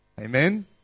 Amen